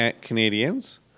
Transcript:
Canadians